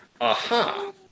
Aha